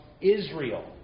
Israel